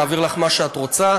נעביר לך מה שאת רוצה.